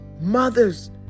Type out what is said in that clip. Mothers